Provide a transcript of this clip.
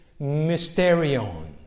mysterion